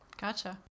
Gotcha